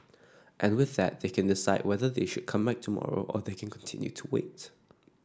and with that they can decide whether they should come back tomorrow or they can continue to wait